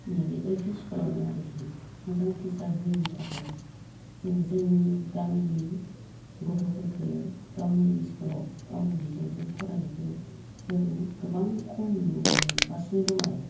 नैबे L P स्खुलावनो आरोखि मोजां थिचार होयिनि थाखाय जोङो जोंनि गामिनि गथ'फोरखौ गावनि इस्कुलाव गावनि बिजोंजों फरायनायखौ जों गोबां खम नुगासिनो दं आरो